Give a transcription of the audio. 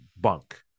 bunk